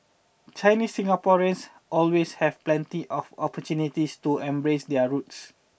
Chinese Singaporeans always have plenty of opportunities to embrace their roots